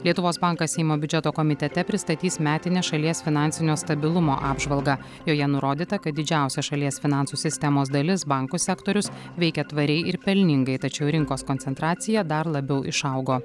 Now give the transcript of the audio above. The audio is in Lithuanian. lietuvos bankas seimo biudžeto komitete pristatys metinę šalies finansinio stabilumo apžvalgą joje nurodyta kad didžiausia šalies finansų sistemos dalis bankų sektorius veikė tvariai ir pelningai tačiau rinkos koncentracija dar labiau išaugo